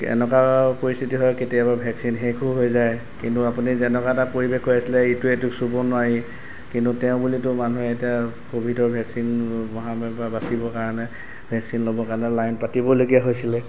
এনেকুৱা পৰিস্থিতি হ'য় কেতিয়াবা ভেকচিন শেষো হৈ যায় কিন্তু আপুনি যেনেকুৱা এটা পৰিৱেশ হৈ আছিলে ইটোৱে সিটোক চুব নোৱাৰি কিন্তু তেও বুলিতো মানুহে এতিয়া ক'ভিডৰ ভেকচিন মহামাৰীৰপৰা বাচিবৰ কাৰণে ভেকচিন ল'বৰ কাৰণে লাইন পাতিবলগীয়া হৈছিলে